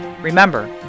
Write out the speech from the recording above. Remember